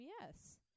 yes